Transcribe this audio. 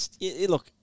Look